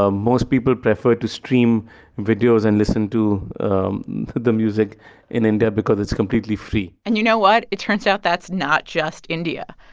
ah most people prefer to stream videos and listen to the music in india because it's completely free and you know what? it turns out that's not just india.